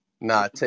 Nah